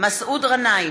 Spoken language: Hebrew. מסעוד גנאים,